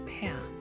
path